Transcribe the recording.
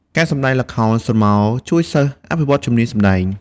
ការសម្តែងល្ខោនស្រមោលជួយសិស្សអភិវឌ្ឍជំនាញសម្តែង។